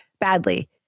badly